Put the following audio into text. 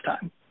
time